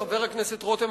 חבר הכנסת רותם,